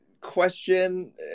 question